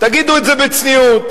תגידו את זה בצניעות,